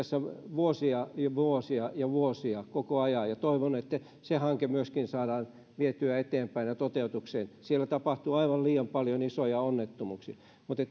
vuosia ja vuosia ja vuosia koko ajan ja toivon että myöskin se hanke saadaan vietyä eteenpäin ja toteutukseen siellä tapahtuu aivan liian paljon isoja onnettomuuksia mutta